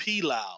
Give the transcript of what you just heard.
pilau